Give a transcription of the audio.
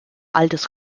altes